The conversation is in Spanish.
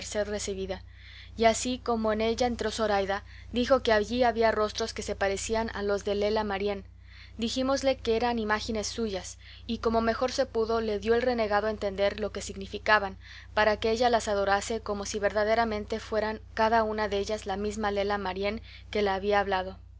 merced recebida y así como en ella entró zoraida dijo que allí había rostros que se parecían a los de lela marién dijímosle que eran imágines suyas y como mejor se pudo le dio el renegado a entender lo que significaban para que ella las adorase como si verdaderamente fueran cada una dellas la misma lela marién que la había hablado